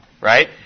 Right